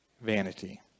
Vanity